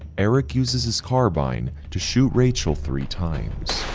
eric uses his carbine to shoot rachel three times.